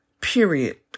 Period